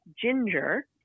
ginger